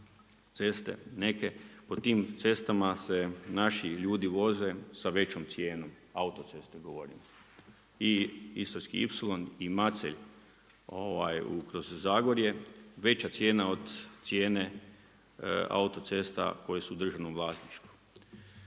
ceste neke, po tim cestama se naši ljudi voze sa većom cijenom, autoceste govorim i Istarski ipsilon i Macelj kroz Zagorje, veća cijena od cijene autocesta koje su u državnom vlasništvu.